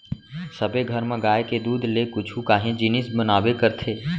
सबे घर म गाय के दूद ले कुछु काही जिनिस बनाबे करथे